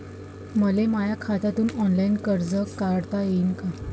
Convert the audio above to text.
मले माया खात्यातून ऑनलाईन कर्ज काढता येईन का?